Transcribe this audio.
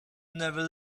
never